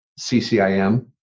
CCIM